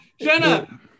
Jenna